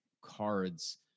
cards